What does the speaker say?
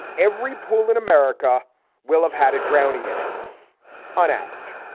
every pool in america will have had a drowning in it on average.